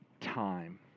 time